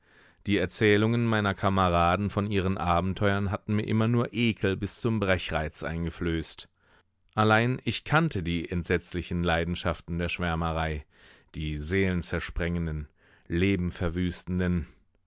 die erzählungen meiner kameraden von ihren abenteuern hatten mir immer nur ekel bis zum brechreiz eingeflößt allein ich kannte die entsetzlichen leidenschaften der schwärmerei die seelenzersprengenden lebenverwüstenden